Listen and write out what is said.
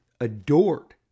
adored